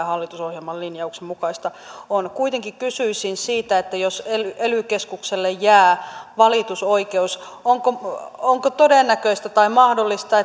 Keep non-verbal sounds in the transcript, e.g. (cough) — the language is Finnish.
(unintelligible) hallitusohjelman linjauksen mukaista on kuitenkin kysyisin siitä että jos ely ely keskukselle jää valitusoikeus onko todennäköistä tai mahdollista (unintelligible)